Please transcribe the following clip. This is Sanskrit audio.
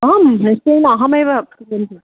आं निश्चयेन अहमेव कुर्वती